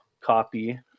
copy